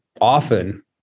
often